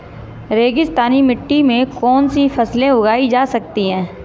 रेगिस्तानी मिट्टी में कौनसी फसलें उगाई जा सकती हैं?